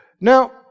Now